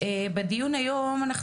בדיון היום אנחנו